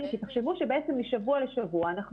כי תחשבו שבעצם משבוע לשבוע -- באיזה יישובים זה?